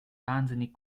wahnsinnig